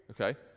Okay